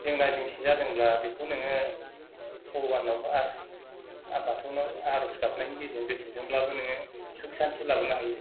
जेंना जेंसि जादोंब्ला बेखौ नोङो बगभाननाव आरो बाथौनाव आरज गाबनाय गेजेरजों गोसोजोंब्लाबो नोङो सुख सानथि लाबोनो हायो